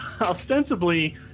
ostensibly